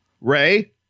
Ray